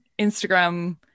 Instagram